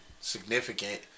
significant